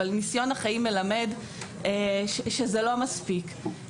אבל ניסיון החיים מלמד שזה לא מספיק,